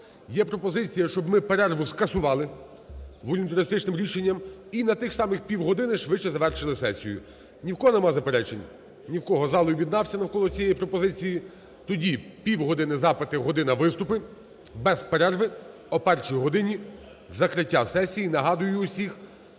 є пропозиція, щоб ми перерву скасували волюнтаристичним рішенням і на тих самих півгодини швидше завершили сесію. Ні в кого немає заперечень? Ні в кого. Зал об'єднався навколо цієї пропозиції. Тоді, півгодини запитів, година виступів, без перерви о першій годині – закриття сесії, нагадую всім,